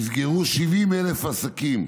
נסגרו 70,000 עסקים,